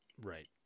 right